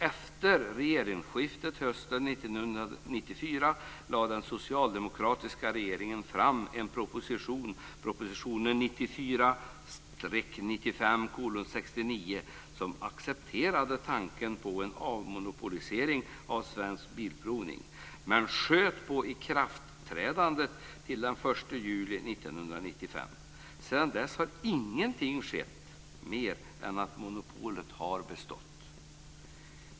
Efter regeringsskiftet hösten 1994 lade den socialdemokratiska regeringen fram propositionen 1994/95:69 som accepterade tanken på en avmonopolisering av Svensk Bilprovning men sköt på ikraftträdandet till den 1 juli 1995. Sedan dess har ingenting skett mer än att monopolet har bestått.